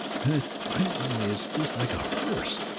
it frightens me. it's just like a hearse,